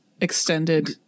extended